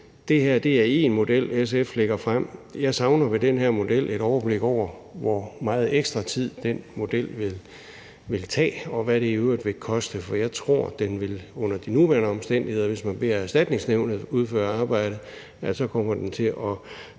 her, er én model. Jeg savner i den her model et overblik over, hvor meget ekstra tid den model vil tage, og hvad den vil koste, for jeg tror, at det under de nuværende omstændigheder, hvis man beder Erstatningsnævnet om at udføre arbejdet, kommer til at